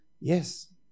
Yes